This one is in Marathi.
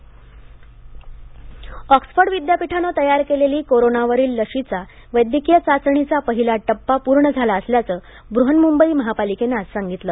लस ऑक्सफर्ड विद्यापीठाने तयार केलेली कोरोनावरील लसीचा वैद्यकीय चाचणीचा पहिला टप्पा पूर्ण झाला असल्याच बृहन्मुंबई महानगरपालिर्केन आज सांगितलं